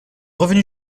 revenu